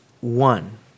one